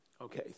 Okay